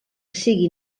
sigui